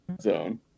zone